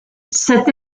cette